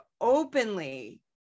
openly